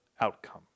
outcome